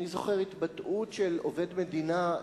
אני זוכר התבטאות של עובד מדינה,